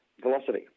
velocity